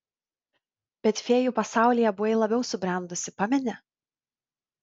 bet fėjų pasaulyje buvai labiau subrendusi pameni